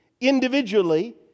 individually